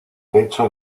pecho